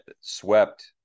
swept